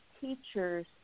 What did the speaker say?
teachers